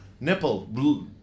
Nipple